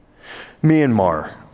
Myanmar